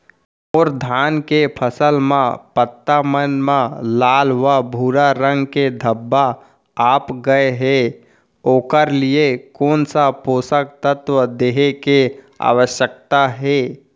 मोर धान के फसल म पत्ता मन म लाल व भूरा रंग के धब्बा आप गए हे ओखर लिए कोन स पोसक तत्व देहे के आवश्यकता हे?